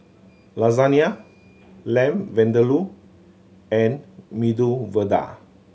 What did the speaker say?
Lasagne Lamb Vindaloo and Medu Vada